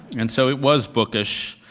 and so it was bookish,